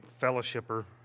fellowshipper